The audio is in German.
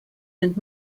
sind